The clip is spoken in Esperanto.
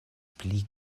pli